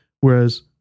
Whereas